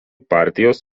partijos